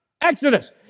Exodus